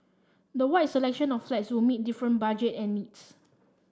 the wide selection of flats will meet different budget and needs